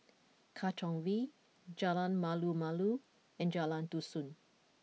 Katong V Jalan Malu Malu and Jalan Dusun